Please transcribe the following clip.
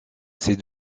ses